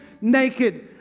naked